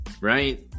right